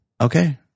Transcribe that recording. okay